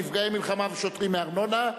נפגעי מלחמה ושוטרים מארנונה)